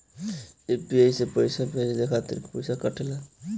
UPI से पइसा भेजने के खातिर पईसा कटेला?